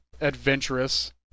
adventurous